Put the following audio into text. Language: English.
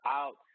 out